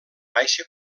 baixa